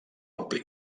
ampli